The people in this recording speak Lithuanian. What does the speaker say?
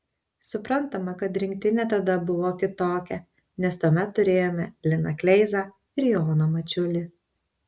suprantama kad rinktinė tada buvo kitokia nes tuomet turėjome liną kleizą ir joną mačiulį